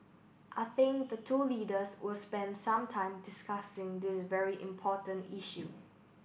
I think the two leaders will spend some time discussing this very important issue